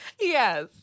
Yes